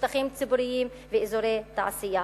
שטחים ציבוריים ואזורי תעשייה.